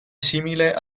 simile